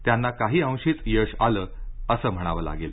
त्यांना काही अंशीच यश आलं असं म्हणावं लागेल